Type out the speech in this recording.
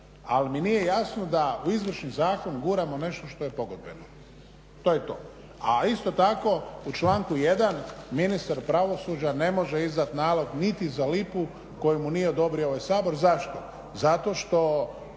ali mi nije jasno da u izvršni zakon guramo nešto što je pogodbeno, to je to. A isto tako u članku 1.ministar pravosuđa ne može izdati nalog niti za lipu koju mu nije odobrio ovaj Sabor. Zašto? Zato što